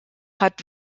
hat